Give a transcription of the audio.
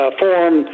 form